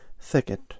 thicket